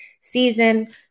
season